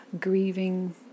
grieving